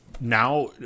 Now